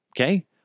Okay